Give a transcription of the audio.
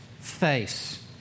face